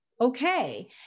okay